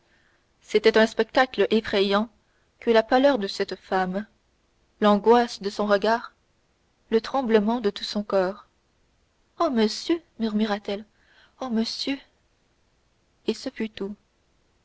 c'était un spectacle effrayant que la pâleur de cette femme l'angoisse de son regard le tremblement de tout son corps ah monsieur murmura-t-elle ah monsieur et ce fut tout